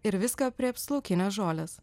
ir viską aprėps laukinės žolės